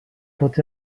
tots